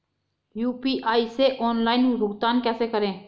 UPI से online भुगतान कैसे करें?